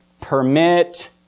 permit